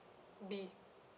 B